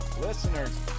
listeners